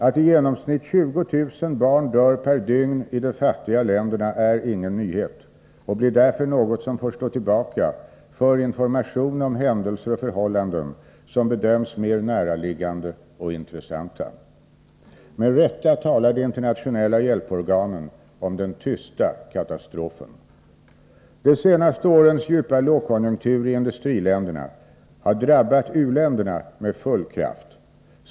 Att i genomsnitt 20000 barn dör per dygn i de fattiga länderna är ingen nyhet och blir därför något som får stå tillbaka för information om händelser och förhållanden som bedöms mer näraliggande och intressanta. Med rätta talar de internationella hjälporganen om den ”tysta katastrofen”. De senaste årens djupa lågkonjunktur i industriländerna har drabbat u-länderna med full kraft.